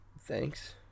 Thanks